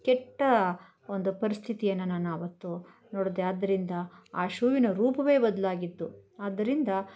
ಕೆಟ್ಟ ಒಂದು ಪರಿಸ್ಥಿತಿಯನ್ನು ನಾನಾವತ್ತು ನೋಡ್ದೆ ಆದ್ದರಿಂದ ಆ ಶೂವಿನ ರೂಪವೇ ಬದಲಾಗಿತ್ತು ಆದ್ದರಿಂದ